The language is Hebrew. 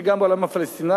וגם בעולם הפלסטיני,